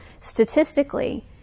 Statistically